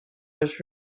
was